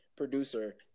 Producer